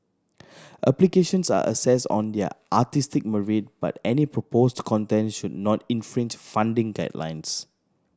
applications are assessed on their artistic merit but any proposed content should not infringe funding guidelines